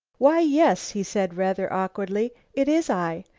why, yes, he said rather awkwardly, it is i.